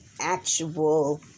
actual